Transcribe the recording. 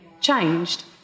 changed